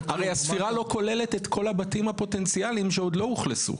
הרי הספירה לא כוללת את כל הבתים הפוטנציאלים שעוד לא אוכלסו.